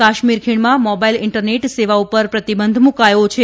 કાશ્મીર ખીણમાં mobile internet સેવા ઉપર પ્રતિબંધ મૂકાયો છે